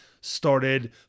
started